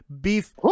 Beef